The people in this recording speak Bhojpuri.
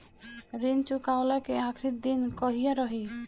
ऋण चुकव्ला के आखिरी दिन कहिया रही?